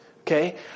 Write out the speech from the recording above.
Okay